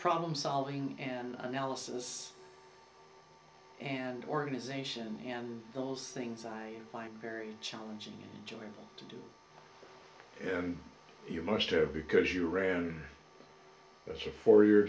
problem solving and analysis and organization and those things i find very challenging to do and you must have because you ran the show for your